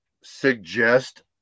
suggest